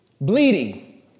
bleeding